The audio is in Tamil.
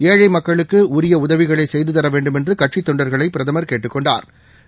ஏழை மக்களுக்கு உரிய உதவிகளை செய்துதர வேண்டுமென்று கட்சித் தொண்டர்களை பிரதமர் கேட்டுக் கொண்டாா்